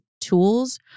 tools